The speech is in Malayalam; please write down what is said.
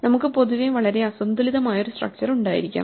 നമുക്ക് പൊതുവെ വളരെ അസന്തുലിതമായ ഒരു സ്ട്രക്ച്ചർ ഉണ്ടായിരിക്കാം